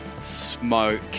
smoke